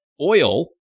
oil